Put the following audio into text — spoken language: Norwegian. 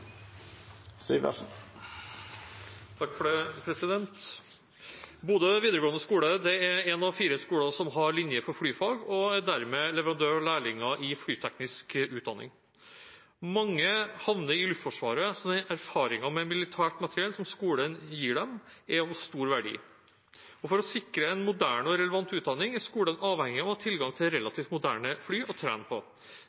en av fire skoler som har linje for flyfag og er dermed leverandør av lærlinger i flyteknisk utdanning. Mange havner i Luftforsvaret, så den erfaringen med militært materiell som skolen gir dem, er av stor verdi. For å sikre en moderne og relevant utdanning er skolen avhengig å ha tilgang til